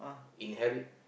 inherit